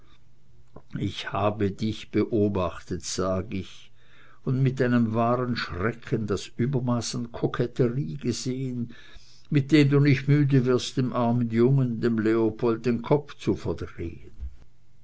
ich habe dich beobachtet sag ich und mit einem wahren schrecken das übermaß von koketterie gesehen mit dem du nicht müde wirst dem armen jungen dem leopold den kopf zu verdrehen